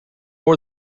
more